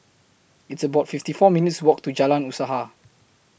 It's about fifty four minutes' Walk to Jalan Usaha